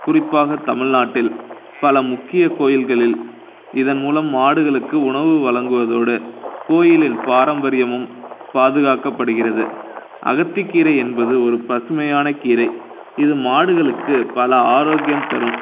குறிப்பாக தமிழ்நாட்டில் பல முக்கியக் கோவில்களில் இதன்மூலம் மாடுகளுக்கு உணவு வழங்குவதோடு கோவிலில் பாரம்பரியமும் பாதுகாக்கப்படுகிறது அகத்திக்கீரை என்பது ஒரு பசுமையான கீரை இது மாடுகளுக்கு பல ஆரோக்கியம் தரும்